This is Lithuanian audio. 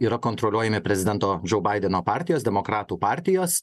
yra kontroliuojami prezidento džou baideno partijos demokratų partijos